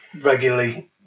regularly